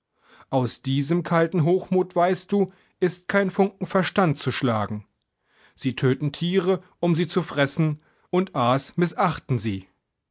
aus diesem kalten hochmut weißt du ist kein funken verstand zu schlagen sie töten tiere um sie zu fressen und aas mißachten sie